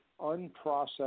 unprocessed